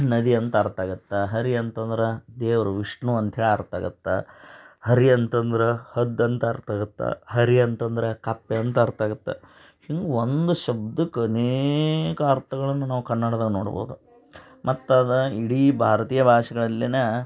ನದಿ ಅಂತ ಅರ್ಥ ಆಗತ್ತೆ ಹರಿ ಅಂತಂದ್ರೆ ದೇವರು ವಿಷ್ಣು ಅಂತೇಳಿ ಅರ್ಥ ಆಗತ್ತೆ ಹರಿ ಅಂತಂದ್ರೆ ಹದ್ದು ಅಂತ ಅರ್ಥ ಆಗತ್ತೆ ಹರಿ ಅಂತಂದ್ರೆ ಕಪ್ಪೆ ಅಂತ ಅರ್ಥ ಆಗತ್ತೆ ಹಿಂಗೆ ಒಂದು ಶಬ್ದಕ್ಕೆ ಅನೇಕ ಅರ್ಥಗಳನ್ನು ನಾವು ಕನ್ನಡ್ದಾಗೆ ನೋಡ್ಬೋದು ಮತ್ತು ಅದು ಇಡೀ ಭಾರತೀಯ ಭಾಷೆಗಳಲ್ಲಿಯೇ